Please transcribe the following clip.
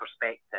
perspective